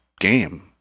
game